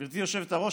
גברתי היושבת-ראש,